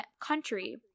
country